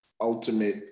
ultimate